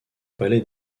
palais